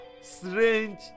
strange